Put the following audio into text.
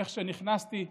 איך שנכנסתי,